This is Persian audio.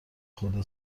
خورده